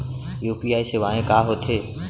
UPI सेवाएं का होथे?